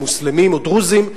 מוסלמים או דרוזים,